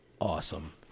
awesome